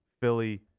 Philly